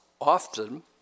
often